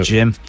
Jim